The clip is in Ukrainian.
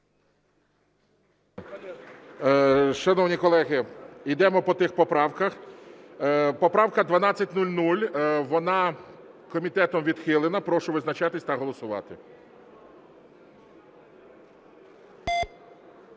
Шановні колеги, ідемо по тих поправках. Поправка 1200. Вона комітетом відхилена. Прошу визначатися та голосувати.